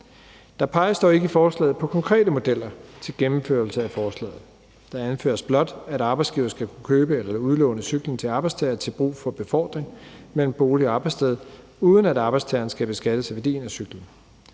Der peges dog ikke i forslaget på konkrete modeller til gennemførelse af forslaget. Det anføres blot, at arbejdsgivere skal kunne købe eller udlåne cykler til arbejdstagere til brug for befordring mellem bolig og arbejdssted, uden at arbejdstageren skal beskattes af værdien af cyklen.